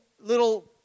little